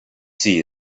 see